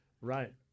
Right